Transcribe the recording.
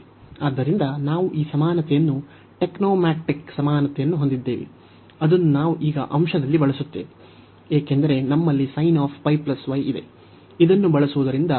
ಆದ್ದರಿಂದ ನಾವು ಈ ಸಮಾನತೆಯನ್ನು ಟೆಕ್ನೋಮ್ಯಾಟ್ರಿಕ್ ಸಮಾನತೆಯನ್ನು ಹೊಂದಿದ್ದೇವೆ ಅದನ್ನು ನಾವು ಈಗ ಈ ಅಂಶದಲ್ಲಿ ಬಳಸುತ್ತೇವೆ ಏಕೆಂದರೆ ನಮ್ಮಲ್ಲಿ ಇದೆ